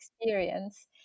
experience